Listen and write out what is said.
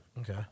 Okay